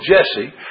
Jesse